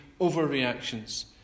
overreactions